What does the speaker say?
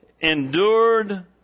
Endured